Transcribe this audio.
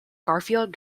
garfield